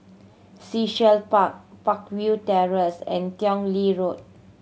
Sea Shell Park Peakville Terrace and Tong Lee Road